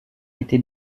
été